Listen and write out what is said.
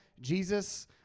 Jesus